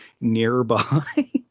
nearby